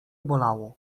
bolało